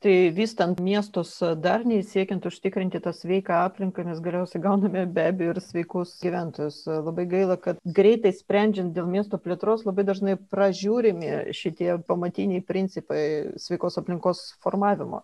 tai vystant miestus darniai siekiant užtikrinti tą sveiką aplinką nes galiausiai gauname be abejo ir sveikus gyventojus labai gaila kad greitai sprendžiant dėl miesto plėtros labai dažnai pražiūrimi šitie pamatiniai principai sveikos aplinkos formavimo